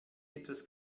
etwas